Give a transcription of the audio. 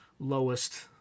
lowest